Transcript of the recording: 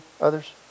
others